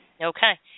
Okay